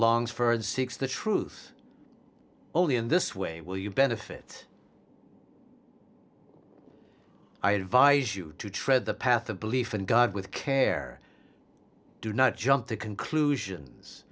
longs for and seeks the truth only in this way will you benefit i advise you to tread the path of belief in god with care do not jump to conclusions